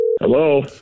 Hello